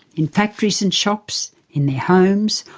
in factories and shops, in their homes,